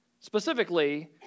Specifically